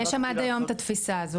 יש שם עד היום את התפיסה הזו,